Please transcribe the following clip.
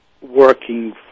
working